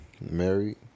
married